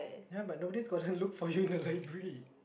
ya but nobody is gonna look for you in the library